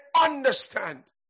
understand